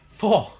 four